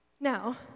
Now